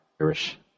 Irish